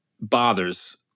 bothers